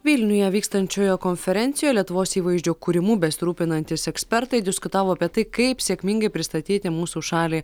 vilniuje vykstančioje konferencijoje lietuvos įvaizdžio kūrimu besirūpinantys ekspertai diskutavo apie tai kaip sėkmingai pristatyti mūsų šalį